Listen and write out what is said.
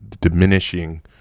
diminishing